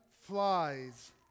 flies